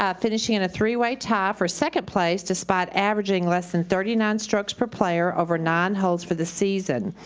ah finishing in a three-way tie for second place despite averaging less than thirty nine strokes per player over nine holes for the season.